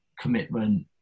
commitment